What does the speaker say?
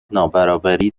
نابرابری